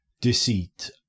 deceit